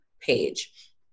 page